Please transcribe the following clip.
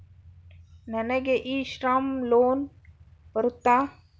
ನನಗೆ e Shram loan ಬರುತ್ತಾ?